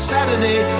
Saturday